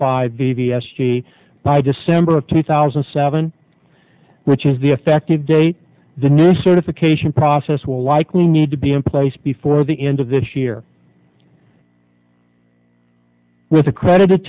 five v v s g by december of two thousand and seven which is the effective date the new certification process will likely need to be in place before the end of this year with a credit